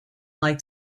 like